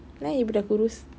why ibu dah kurus